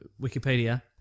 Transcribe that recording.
Wikipedia